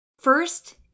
First